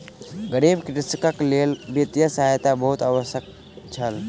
गरीब कृषकक लेल वित्तीय सहायता बहुत आवश्यक छल